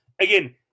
Again